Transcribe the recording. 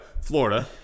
Florida